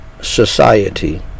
Society